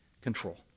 control